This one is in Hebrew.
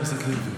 חבר הכנסת לוי.